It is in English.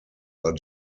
are